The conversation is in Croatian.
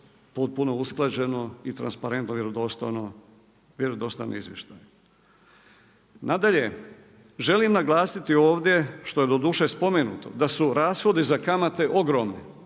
potpuno usklađeno i transparentno i vjerodostojan izvještaj. Nadalje, želim naglasiti ovdje što je doduše spomenuto da su rashodi za kamate ogromne,